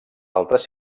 altres